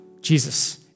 Jesus